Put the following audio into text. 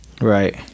right